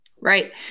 Right